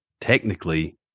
technically